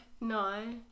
No